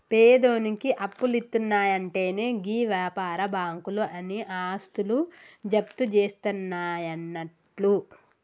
పేదోనికి అప్పులిత్తున్నయంటెనే గీ వ్యాపార బాకుంలు ఆని ఆస్తులు జప్తుజేస్తయన్నట్లు